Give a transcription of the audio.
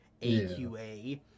AQA